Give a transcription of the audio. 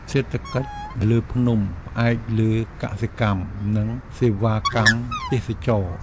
សេដ្ឋកិច្ចលើភ្នំផ្អែកលើកសិកម្ម និងសេវាកម្មទេសចរណ៍។